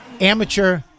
amateur